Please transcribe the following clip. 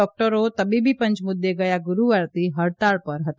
ડોકટરો તબીબી પંચ મુદૃ ગયા ગુરૂવારથી હડતાળ પર હતા